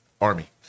Army